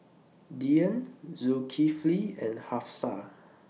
Dian Zulkifli and Hafsa